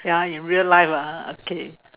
ya in real life ah okay